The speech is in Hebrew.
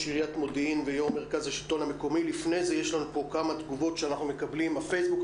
כמה תגובות שאנחנו מקבלים בפייסבוק.